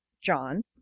John